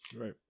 Right